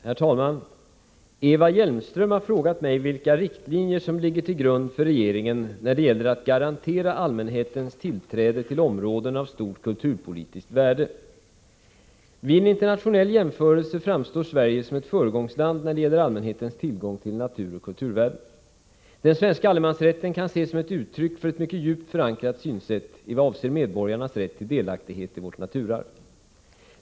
Herr talman! Eva Hjelmström har frågat mig vilka riktlinjer som ligger till grund för regeringen när det gäller att garantera allmänhetens tillträde till områden av stort kulturpolitiskt värde. Vid en internationell jämförelse framstår Sverige som ett föregångsland när det gäller allmänhetens tillgång till natur och kulturvärden. Den svenska allemansrätten kan ses som ett uttryck för ett mycket djupt förankrat synsätt i vad avser medborgarnas rätt till delaktighet i vårt naturarv.